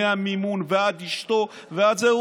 מהמימון ועד אשתו ועד זה,